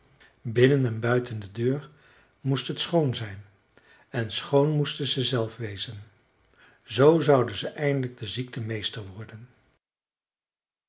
binnen en buiten de deur moest het schoon zijn en schoon moesten ze zelf wezen z zouden ze eindelijk de ziekte meester worden